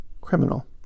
criminal